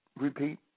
repeat